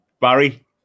Barry